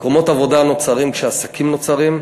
מקומות עבודה נוצרים כשעסקים נוצרים.